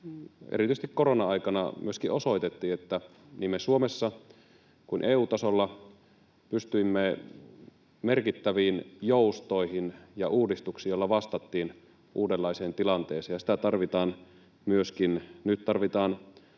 erityisesti korona-aikana myöskin osoitettiin, kun niin me Suomessa kuin EU-tasolla pystyimme merkittäviin joustoihin ja uudistuksiin, joilla vastattiin uudenlaiseen tilanteeseen. Sitä tarvitaan myöskin nyt. Tarvitaan